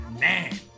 man